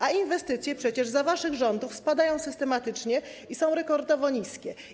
A inwestycje przecież za waszych rządów spadają systematycznie, są rekordowo niskie.